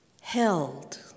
held